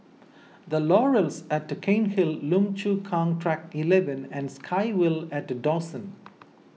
the Laurels at Cairnhill Lim Chu Kang Track eleven and SkyVille at Dawson